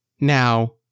Now